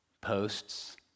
Posts